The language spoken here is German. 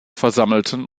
versammelten